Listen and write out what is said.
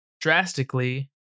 drastically